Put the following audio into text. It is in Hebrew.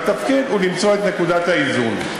והתפקיד הוא למצוא את נקודת האיזון.